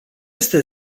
este